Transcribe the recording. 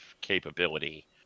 capability